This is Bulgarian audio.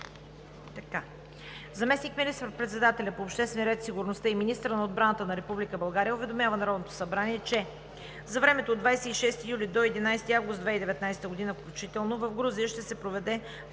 Заместник министър-председателят по обществения ред и сигурността и министър на отбраната на Република България уведомява Народното събрание, че за времето от 26 юли до 11 август 2019 г. включително в Грузия ще се проведе